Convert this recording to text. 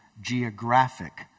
geographic